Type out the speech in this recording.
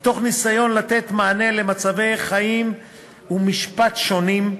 מתוך ניסיון לתת מענה למצבי חיים ומשפט שונים.